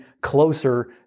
closer